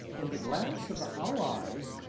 in the glance of the hollow eyes,